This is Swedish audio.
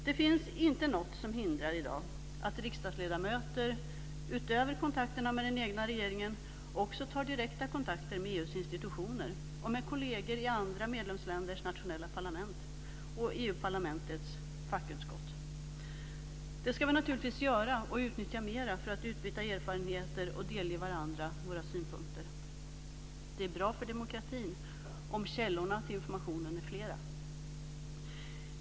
Det finns i dag inte något som hindrar att riksdagsledamöter utöver kontakterna med den egna regeringen också tar direkta kontakter med EU:s institutioner, med kolleger i andra medlemsländers nationella parlament och med EU-parlamentets fackutskott. Det ska vi naturligtvis göra och utnyttja mera för att utbyta erfarenheter och delge varandra våra synpunkter. Det är bra för demokratin om källorna till informationen är flera.